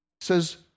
says